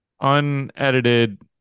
unedited